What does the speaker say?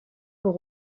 pour